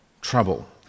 trouble